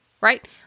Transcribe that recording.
Right